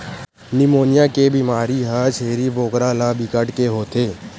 pneumonia के बेमारी ह छेरी बोकरा ल बिकट के होथे